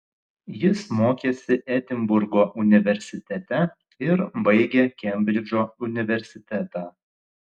jis mokėsi edinburgo universitete ir baigė kembridžo universitetą